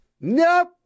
Nope